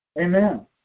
amen